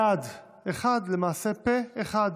ההצעה להעביר את הנושא לוועדת הכלכלה נתקבלה.